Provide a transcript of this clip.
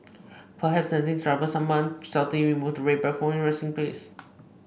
perhaps sensing trouble someone stealthily removes the red bag from its resting place